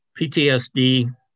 PTSD